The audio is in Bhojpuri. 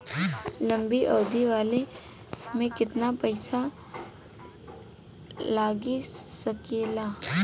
लंबी अवधि वाला में केतना पइसा लगा सकिले?